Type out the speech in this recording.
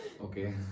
Okay